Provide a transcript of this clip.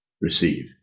receive